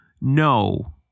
no